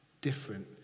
different